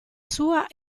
sua